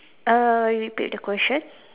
err repeat the question